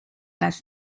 las